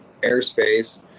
airspace